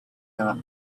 not